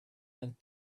and